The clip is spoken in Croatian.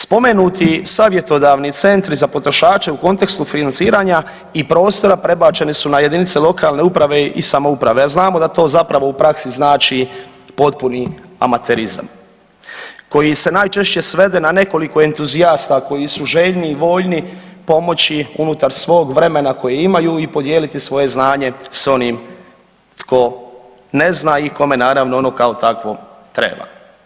Spomenuti savjetodavni centri za potrošače u kontekstu financiranja i prostora prebačeni su na jedinice lokalne uprave i samouprave, jer znamo da to u praksi znači potpuni amaterizam koji se najčešće svede na nekoliko entuzijasta koji su željni i voljni pomoći unutar svog vremena kojeg imaju i podijeliti svoje znanje sa onim tko ne zna i kome ono kao takvo treba.